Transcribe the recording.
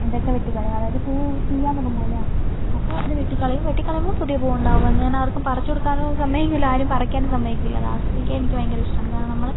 ഇതൊക്കെ വെട്ടിക്കളയും അതായത് പൂ ചീയാൻ തുടങ്ങുമല്ലോ അപ്പോൾ അത് വെട്ടിക്കളയും വെട്ടിക്കളയുമ്പോൾ പുതിയ പൂവ് ഉണ്ടാവും ഞാനത് ആർക്കും പറിച്ചു കൊടുക്കാനോ സമ്മതിക്കൂല ആരും പറിക്കാനും സമ്മതിക്കില്ല അത് ആസ്വദിക്കാൻ എനിക്ക് ഭയങ്കര ഇഷ്ടമാണ് കാരണം നമ്മൾ